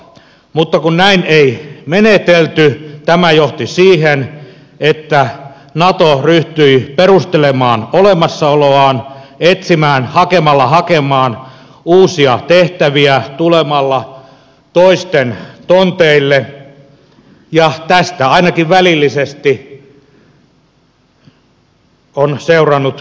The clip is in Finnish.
mutta kun näin ei menetelty tämä johti siihen että nato ryhtyi perustelemaan olemassaoloaan etsimään hakemalla hakemaan uusia tehtäviä tulemalla toisten tonteille ja tästä ainakin välillisesti on seurannut ykn kriisi